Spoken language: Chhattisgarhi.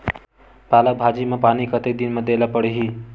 पालक भाजी म पानी कतेक दिन म देला पढ़ही?